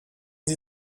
sie